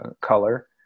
color